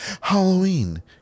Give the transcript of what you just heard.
Halloween